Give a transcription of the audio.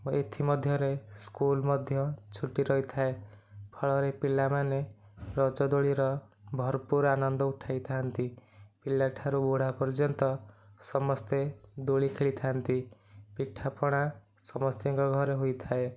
ଏଥି ମଧ୍ୟରେ ସ୍କୁଲ ମଧ୍ୟ ଛୁଟି ରହିଥାଏ ଫଳରେ ପିଲାମାନେ ରଜ ଦୋଳିର ଭରପୁର ଆନନ୍ଦ ଉଠାଇଥା'ନ୍ତି ପିଲା ଠାରୁ ବୁଢା ପର୍ଯ୍ୟନ୍ତ ସମସ୍ତେ ଦୋଳି ଖେଳିଥା'ନ୍ତି ପିଠା ପଣା ସମସ୍ତିଙ୍କ ଘରେ ହୋଇଥାଏ